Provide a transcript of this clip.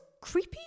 creepy